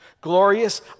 Glorious